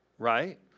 Right